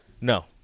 No